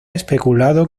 especulado